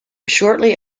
shortly